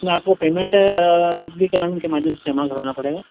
इसमें आपको पेमेंट नगदीकरण के माध्यम से जमा कराना पड़ेगा